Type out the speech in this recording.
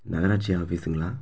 நகராட்சி ஆஃபீஸுங்களா